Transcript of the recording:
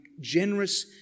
generous